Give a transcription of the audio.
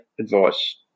advice